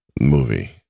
movie